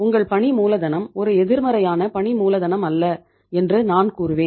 உங்கள் பணி மூலதனம் ஒரு எதிர்மறையான பணி மூலதனம் அல்ல என்று நான் கூறுவேன்